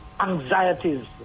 anxieties